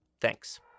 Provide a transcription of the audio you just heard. Thanks